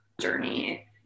journey